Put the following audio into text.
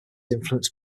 influenced